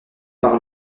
par